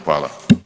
Hvala.